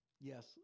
Yes